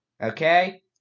Okay